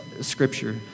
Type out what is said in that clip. Scripture